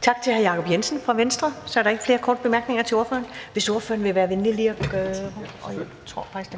Tak til hr. Jacob Jensen fra Venstre. Så er der ikke flere korte bemærkninger til ordføreren. Hvis ordføreren vil være venlig lige at spritte